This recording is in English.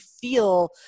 feel